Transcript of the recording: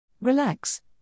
Relax